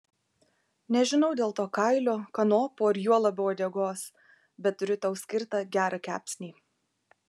nežinau dėl to kailio kanopų ar juo labiau uodegos bet turiu tau skirtą gerą kepsnį